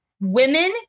Women